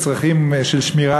ולצרכים של שמירה,